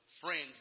friends